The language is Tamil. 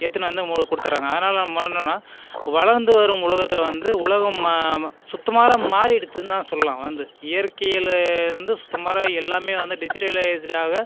எடுத்துனு வந்து உங்களுக்கு கொடுத்துறாங்க அதனால் என்ன பண்ணனும்னா வளர்ந்து வரும் உலகத்தில் வந்து உலகம் சுத்தமாக மாறிடுத்துனுதான் சொல்லலாம் வந்து இயற்கைலேருந்து சுத்தமாக எல்லாமே வந்து டிஜிட்டலைஸ்டாகா